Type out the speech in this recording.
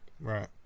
Right